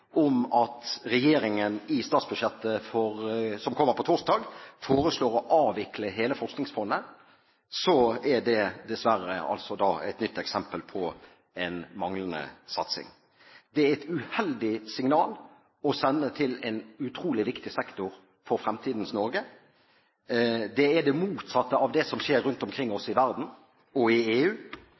om at regjeringen i statsbudsjettet som kommer på torsdag, foreslår å avvikle hele Forskningsfondet, er det dessverre et nytt eksempel på en manglende satsing. Det er et uheldig signal å sende til en utrolig viktig sektor for fremtidens Norge. Det er det motsatte av det som skjer rundt omkring oss i verden, i EU og i